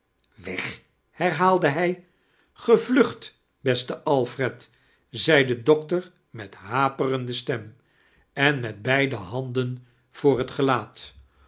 weg wieg herhaalde hij gevlucht beste alfred zed de doctor met haperende stem en met beide handen voor het geiaat